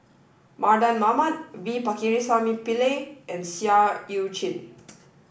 Mardan Mamat V Pakirisamy Pillai and Seah Eu Chin